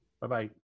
Bye-bye